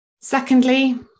Secondly